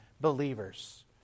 believers